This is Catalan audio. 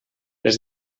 les